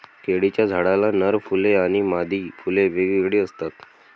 केळीच्या झाडाला नर फुले आणि मादी फुले वेगवेगळी असतात